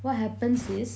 what happens is